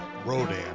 Rodan